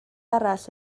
arall